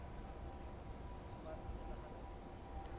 ᱵᱟᱨ ᱵᱚᱪᱷᱚᱨ ᱞᱟᱦᱟᱨᱮ